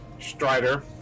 Strider